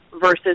versus